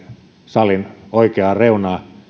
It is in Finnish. salin oikeaan reunaan